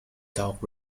talk